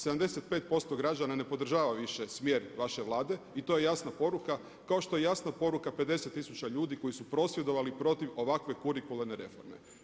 75% građana ne podržava više smjer vaše Vlade i to je jasna poruka kao što je jasna poruka 50 tisuća ljudi koji su prosvjedovali protiv ovakve kurikuralne reforme.